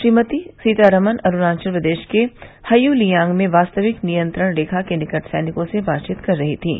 श्रीमती सीतारमन अरूणाचल प्रदेश के हयुलियांग में वास्तविक नियंत्रण रेखाके निकट सैनिकों से बातचीत कर रही थीं